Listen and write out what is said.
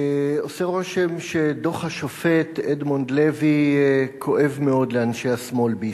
עושה רושם שדוח השופט אדמונד לוי כואב מאוד לאנשי השמאל בישראל.